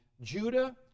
Judah